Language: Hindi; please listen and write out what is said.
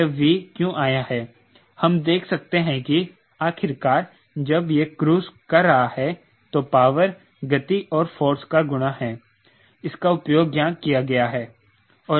यह V क्यों आया है हम देख सकते हैं कि आखिरकार जब यह क्रूज़ कर रहा है तो पावर गति और फोर्स का गुणा है इसका उपयोग यहां किया गया है